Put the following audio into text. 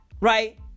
Right